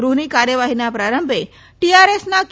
ગૃહની કાર્યવાહીના પ્રારંભે ટીઆરએસના કે